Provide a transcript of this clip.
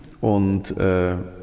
und